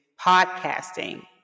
podcasting